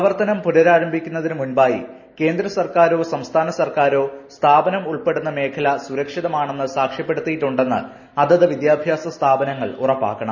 പ്രവർത്തനം പുനരാരംഭിക്കുന്നതിനു മുൻപായ്പ്പിക്കേന്ദ്ര സർക്കാരോ സംസ്ഥാന സർക്കാരോ സ്ഥാപ്പിനും ഉൾപ്പെടുന്ന മേഖല സുരക്ഷിതമാണെന്ന് സാക്ഷ്യപ്പെടുത്തിയിട്ടുണ്ടെന്ന് അതത് വിദ്യാഭ്യാസ സ്ഥാപനങ്ങൾ ഉറ്പ്പാക്കണം